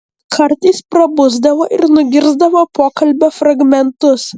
kartais prabusdavo ir nugirsdavo pokalbio fragmentus